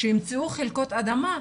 שימצאו חלקות אדמה.